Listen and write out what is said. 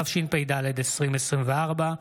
התשפ"ד 2024,